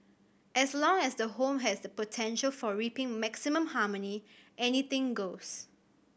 as long as the home has the potential for reaping maximum harmony anything goes